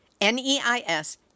NEIS